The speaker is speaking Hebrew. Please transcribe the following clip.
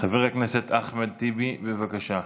חבר הכנסת אחמד טיבי, בבקשה.